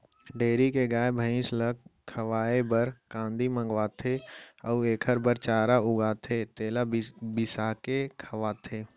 dairy के गाय, भँइस ल खवाए बर कांदी मंगवाथें अउ एकर बर चारा उगाथें तेला बिसाके खवाथें